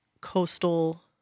coastal